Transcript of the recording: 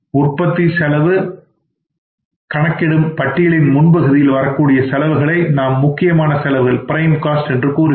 உற்பத்தி செலவு கணக்கிடும் பட்டியலின் முன்பகுதியில் வரக்கூடிய செலவுகளை நாம் முக்கிய செலவுகள் என்று கூறுகிறோம்